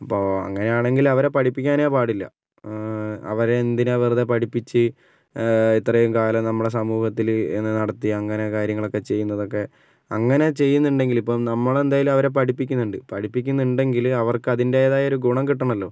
അപ്പോൾ അങ്ങനെയാണെങ്കിൽ അവരെ പഠിപ്പിക്കാനേ പാടില്ല അവരെ എന്തിനാ വെറുതെ പഠിപ്പിച്ച് ഇത്രയും കാലം നമ്മുടെ സമൂഹത്തിൽ നടത്തി അങ്ങനെ കാര്യങ്ങളൊക്കെ ചെയ്യുന്നതൊക്കെ അങ്ങനെ ചെയ്യുന്നുണ്ടെങ്കിൽ ഇപ്പോൾ നമ്മളെന്തെങ്കിലും അവരെ പഠിപ്പിക്കുന്നുണ്ട് പഠിപ്പിക്കുന്നുണ്ടെങ്കിൽ അവർക്ക് അതിൻ്റേതായൊരു ഗുണം കിട്ടണമല്ലോ